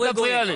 תהיו רגועים.